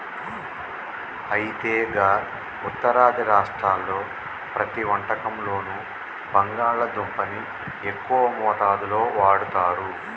అయితే గా ఉత్తరాది రాష్ట్రాల్లో ప్రతి వంటకంలోనూ బంగాళాదుంపని ఎక్కువ మోతాదులో వాడుతారు